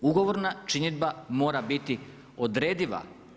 Ugovorna činidba mora b iti odrediva.